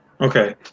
Okay